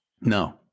No